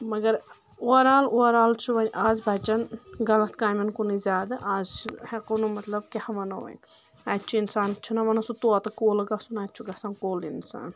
مگر overall overall چھ وۄنۍ آز بچن غلط کامٮ۪ن کُنُے زیادٕ آز چھِ ہٮ۪کو نہٕ مطلب کیٛاہ ونو وۄنۍ اتھِ چھُ انسان چھُنہ ونان سُہ طۄطہٕ کوٚل گژھُن اتہِ چھُ گژھان کوٚل انسان